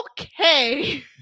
Okay